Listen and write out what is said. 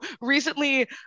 recently